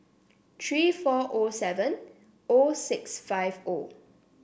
three four O seven O six five O